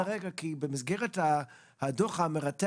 אז באותה פגישת עבודה או שולחן עגול,